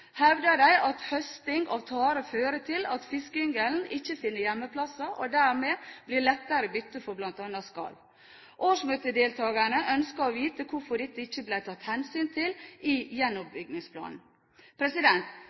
de at høsting av tare fører til at fiskeyngelen ikke finner gjemmeplasser og dermed blir lettere bytte for bl.a. skarv. Årsmøtedeltakerne ønsket å vite hvorfor dette ikke ble tatt hensyn til i